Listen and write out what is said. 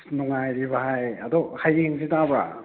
ꯑꯁ ꯅꯨꯡꯉꯥꯏꯔꯤꯌꯦ ꯚꯥꯏ ꯑꯗꯣ ꯍꯌꯦꯡꯁꯦ ꯇꯥꯕ꯭ꯔꯥ